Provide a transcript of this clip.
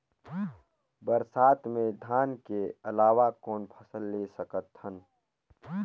बरसात मे धान के अलावा कौन फसल ले सकत हन?